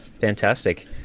Fantastic